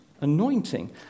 anointing